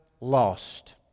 lost